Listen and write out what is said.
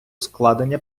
складення